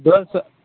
डेढ़ सए